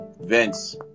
Vince